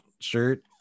shirt